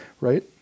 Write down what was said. Right